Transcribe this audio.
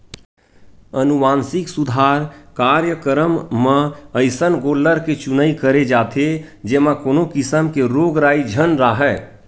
अनुवांसिक सुधार कार्यकरम म अइसन गोल्लर के चुनई करे जाथे जेमा कोनो किसम के रोग राई झन राहय